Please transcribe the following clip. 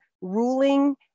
ruling